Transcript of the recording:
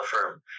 firm